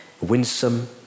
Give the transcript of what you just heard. winsome